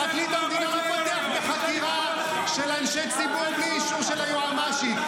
פרקליט המדינה לא פותח בחקירה של אנשי ציבור בלי אישור של היועמ"שית.